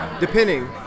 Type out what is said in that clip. Depending